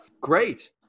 Great